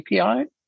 API